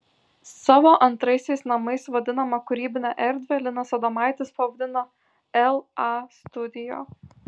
savo antraisiais namais vadinamą kūrybinę erdvę linas adomaitis pavadino la studio